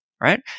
right